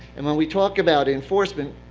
and when we talk about enforcement,